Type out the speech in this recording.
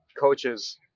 coaches